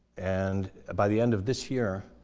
and by the end of this year,